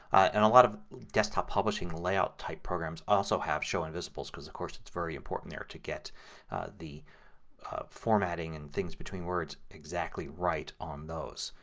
and a lot of desktop publishing layout type programs also have show invisibles because, of course, it is very important there to get the formatting and things between words exactly right on those.